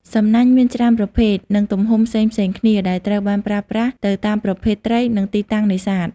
សំណាញ់មានច្រើនប្រភេទ និងទំហំផ្សេងៗគ្នា ដែលត្រូវបានប្រើប្រាស់ទៅតាមប្រភេទត្រី និងទីតាំងនេសាទ។